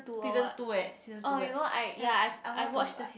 season two eh season two eh I want to I